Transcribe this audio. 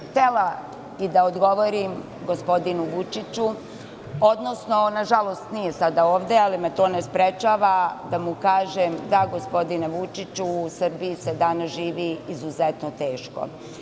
Htela sam i da odgovorim gospodinu Vučiću, na žalost on sada nije ovde, ali me to ne sprečava da mu kažem- da, gospodine Vučiću, u Srbiji se danas živi izuzetno teško.